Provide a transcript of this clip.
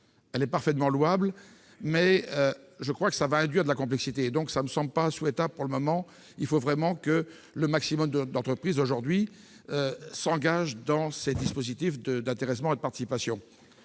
qui est parfaitement louable, mais je crains que cette proposition n'induise de la complexité. Elle ne me semble donc pas souhaitable pour le moment. Il faut vraiment que le maximum d'entreprises s'engage dans ces dispositifs d'intéressement et de participation.